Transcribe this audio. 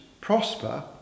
prosper